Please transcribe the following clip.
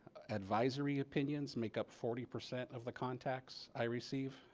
advisory opinions make up forty percent of the contacts i receive.